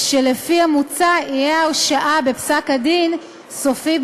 ולפי המוצע תהיה הרשעה בפסק-דין סופי,